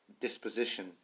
disposition